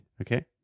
Okay